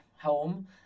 home